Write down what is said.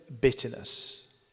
bitterness